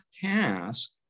task